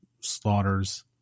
slaughters